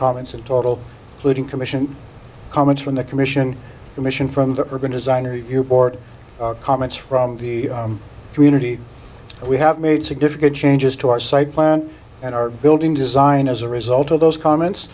comments in total solution commission comments from the commission commission from the urban design or the board comments from the community we have made significant changes to our site plan and our building design as a result of those comments